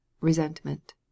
resentment